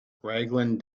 raglan